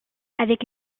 avec